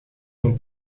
non